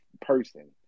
person